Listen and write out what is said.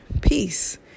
peace